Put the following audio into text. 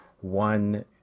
one